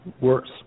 worse